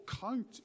count